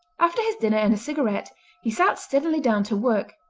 after his dinner and a cigarette he sat steadily down to work,